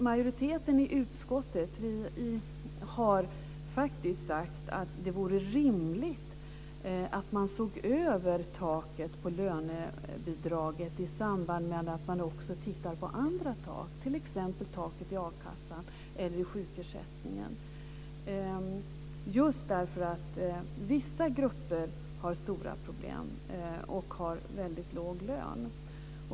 Majoriteten i utskottet har faktiskt sagt att det vore rimligt att man såg över taket på lönebidraget i samband med att man också tittar på andra tak, t.ex. taket i a-kassan eller i sjukersättningen, just därför att vissa grupper har stora problem och väldigt låg lön.